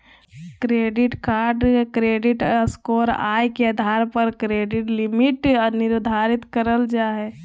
credit card credit score, आय के आधार पर क्रेडिट लिमिट निर्धारित कयल जा हइ